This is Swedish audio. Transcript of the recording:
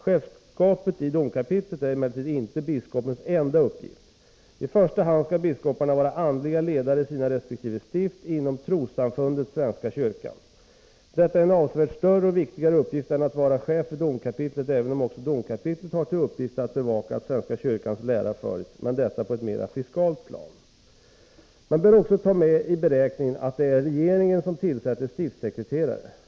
Chefsskapet i domkapitlet är emellertid inte biskopens enda uppgift. I första hand skall biskoparna vara andliga ledare i sina respektive stift inom trossamfundet svenska kyrkan. Detta är en avsevärt större och viktigare uppgift än att vara chef för domkapitlet, även om också domkapitlet har till uppgift att bevaka att svenska kyrkans lära följs — men detta på ett mera fiskalt plan. Man bör också ta med i beräkningen att det är regeringen som tillsätter stiftssekreterare.